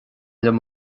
liom